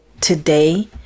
today